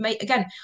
again